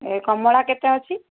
ଏ କମଳା କେତେ ଅଛି